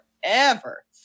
forever